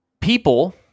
People